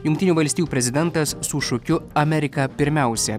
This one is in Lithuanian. jungtinių valstijų prezidentas su šūkiu amerika pirmiausia